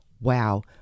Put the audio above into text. wow